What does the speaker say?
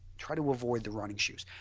try to avoid the running shoes.